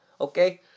okay